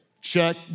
check